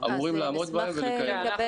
אמורים לעמוד בהם ולקיים אותם.